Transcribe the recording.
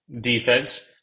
defense